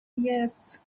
yes